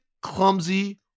clumsy